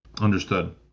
Understood